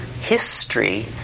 history